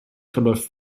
verläuft